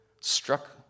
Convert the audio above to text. struck